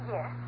Yes